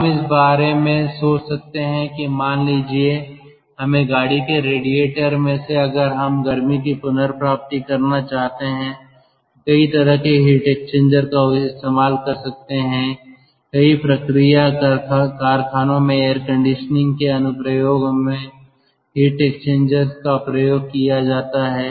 हम इस बारे में सोच सकते हैं कि मान लीजिए हमें गाड़ी के रेडिएटर में से अगर हम गर्मी की पुनर्प्राप्ति करना चाहते हैं तो कई तरह के हीट एक्सचेंजर का इस्तेमाल कर सकते हैं कहीं प्रक्रिया कारखानों में एयर कंडीशनिंग के अनुप्रयोगों में हीट एक्सचेंजर्स का प्रयोग किया जाता है